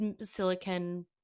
silicon